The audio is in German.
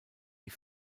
die